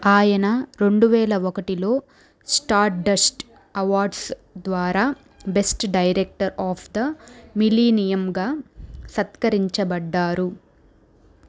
ఆయన రెండు వేల ఒకటిలో స్టార్ డస్ట్ అవార్డ్స్ ద్వారా best director of the millennium గా సత్కరించబడ్డారు